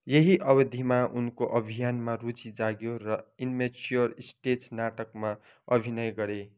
यही अवधिमा उनको अभियानमा रुचि जाग्यो र इन्मेच्योर स्टेज नाटकमा अभिनय गरे